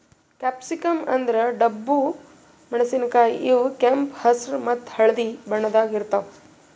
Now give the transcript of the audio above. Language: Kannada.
ಕ್ಯಾಪ್ಸಿಕಂ ಅಂದ್ರ ಡಬ್ಬು ಮೆಣಸಿನಕಾಯಿ ಇವ್ ಕೆಂಪ್ ಹೆಸ್ರ್ ಮತ್ತ್ ಹಳ್ದಿ ಬಣ್ಣದಾಗ್ ಸಿಗ್ತಾವ್